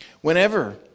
Whenever